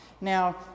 now